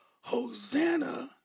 Hosanna